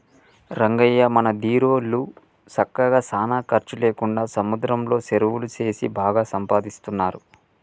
రంగయ్య మన దీరోళ్ళు సక్కగా సానా ఖర్చు లేకుండా సముద్రంలో సెరువులు సేసి బాగా సంపాదిస్తున్నారు